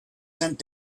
sent